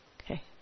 Okay